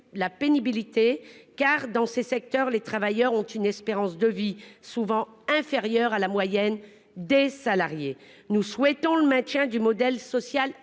la pénibilité. Dans ces secteurs en effet, les travailleurs ont une espérance de vie souvent inférieure à celle de la moyenne des salariés. Nous souhaitons le maintien du modèle social